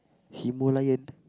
Himalayan